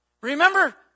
Remember